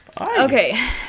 Okay